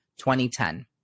2010